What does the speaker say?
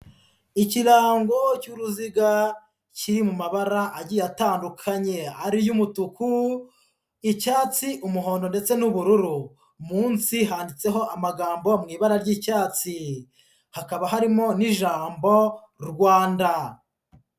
Ikirango cy'uruziga kiri mu mabara agiye atandukanye ariyo: umutuku, icyatsi, umuhondo ndetse n'ubururu, munsi handitseho amagambo mu ibara ry'icyatsi, hakaba harimo n'ijambo Rwanda.